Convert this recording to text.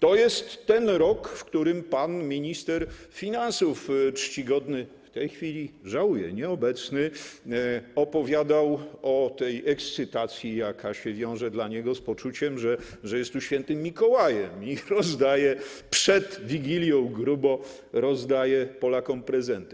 to jest rok, w którym pan minister finansów czcigodny - w tej chwili, żałuję, nieobecny - opowiadał o ekscytacji, jaka się wiąże dla niego z poczuciem, że jest tu św. Mikołajem i grubo przed Wigilią rozdaje Polakom prezenty.